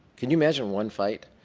can you imagine one fight?